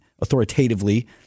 authoritatively